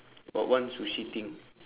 got one sushi thing